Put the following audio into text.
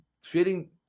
fitting